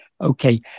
Okay